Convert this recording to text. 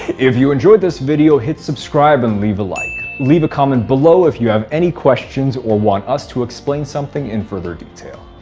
if you enjoyed this video, hit subscribe and leave a like. leave a comment below if you have any questions, or want us to explain something in further detail.